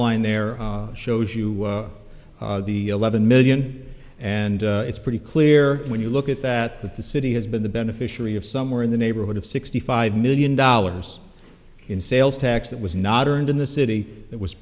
line there shows you the eleven million and it's pretty clear when you look at that that the city has been the beneficiary of somewhere in the neighborhood of sixty five million dollars in sales tax that was not earned in the city that was